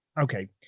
Okay